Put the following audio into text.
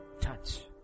Touch